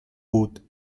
بود